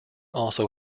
also